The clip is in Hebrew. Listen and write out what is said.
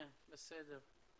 בסדר.